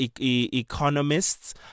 economists